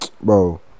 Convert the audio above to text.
bro